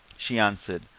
she answered.